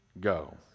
Go